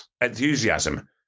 enthusiasm